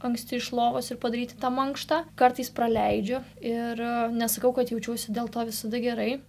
anksti iš lovos ir padaryti tą mankštą kartais praleidžiu ir nesakau kad jaučiuosi dėl to visada gerai